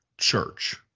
church